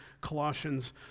Colossians